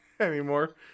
Anymore